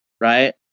right